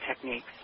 techniques